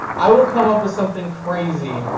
i will come up with something crazy,